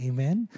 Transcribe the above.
Amen